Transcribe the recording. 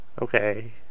okay